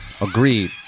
Agreed